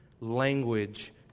language